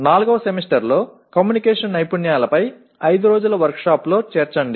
నాల్గవ సెమిస్టర్లో కమ్యూనికేషన్ నైపుణ్యాలపై 5 రోజుల వర్క్షాప్లో చేర్చండి